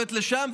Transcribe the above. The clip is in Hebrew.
שופט לשם,